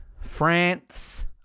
France